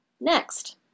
Next